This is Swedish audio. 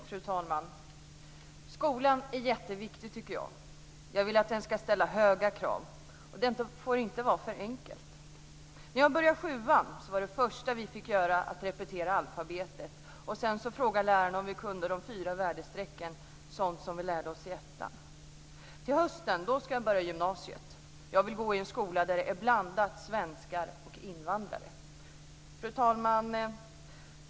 Fru talman! "Skolan är jätteviktig tycker jag. Jag vill att den ska ställa höga krav, det får inte vara för enkelt. När jag började sjuan var det första vi fick göra att repetera alfabetet! Sen frågade läraren om vi kunde dom fyra väderstrecken! Sånt som vi lärde oss i ettan - Till hösten ska jag börja gymnasiet. Jag vill gå i en skola där det är blandat, svenskar och invandrare." Fru talman!